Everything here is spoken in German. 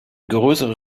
größere